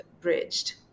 Bridged